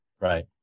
right